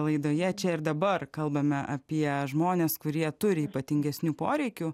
laidoje čia ir dabar kalbame apie žmones kurie turi ypatingesnių poreikių